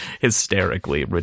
hysterically